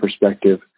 perspective